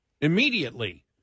Immediately